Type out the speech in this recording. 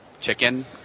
chicken